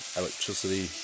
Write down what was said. electricity